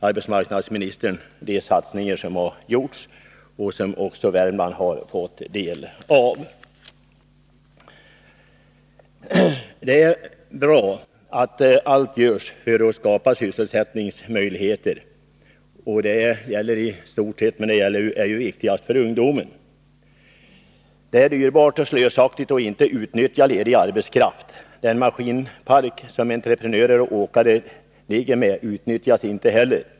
Arbetsmarknadsministern nämner i svaret de satsningar som har genomförts och som Värmland har fått del av. Det är bra att allt görs för att skapa sysselsättningsmöjligheter. Det gäller i stort, men det är viktigast för ungdomen. Det är dyrbart och slösaktigt att inte utnyttja ledig arbetskraft. Den maskinpark som entreprenörer och åkare har utnyttjas inte heller.